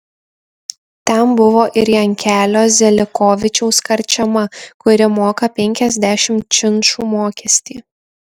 ten buvo ir jankelio zelikovičiaus karčema kuri moka penkiasdešimt činšų mokestį